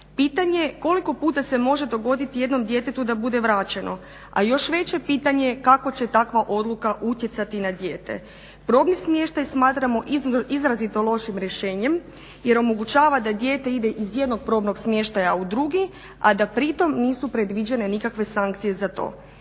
Pitanje koliko puta se može dogoditi jednom djetetu da bude vraćeno, a još veće pitanje kako će takva odluka utjecati na dijete? Probni smještaj smatramo izrazito lošim rješenjem jer omogućava da dijete ide iz jednog probnog smještaja u drugi, a da pri tom nisu predviđene nikakve sankcije za to.